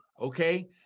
okay